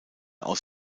aus